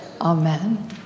Amen